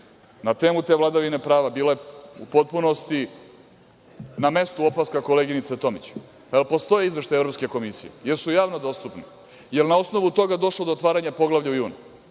temu te vladavine prava bila je u potpunosti na mestu opaska koleginice Tomić. Da li postoji izveštaj Evropske komisije, da li su javno dostupni, da li je na osnovu toga došlo do otvaranja poglavlja u junu,